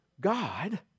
God